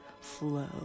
flow